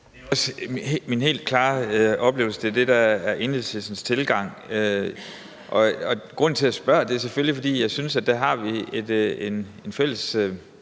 (ALT): Min helt klare oplevelse er, at det er det, der er Enhedslistens tilgang. Og grunden til, at jeg spørger, er selvfølgelig, at jeg synes, at vi der har en fælles